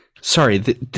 Sorry